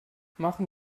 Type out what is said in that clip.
machen